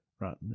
right